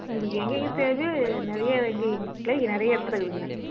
உங்களுக்கு எங்கெங்கே தேவையோ நிறைய எங்கள் கிளைகள் நிறைய இடதுலக்குதுங்க